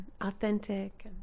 authentic